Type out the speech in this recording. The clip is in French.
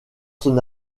son